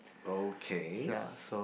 okay